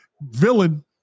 villain